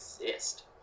exist